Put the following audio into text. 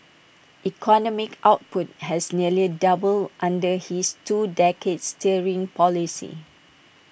economic output has nearly doubled under his two decades steering policy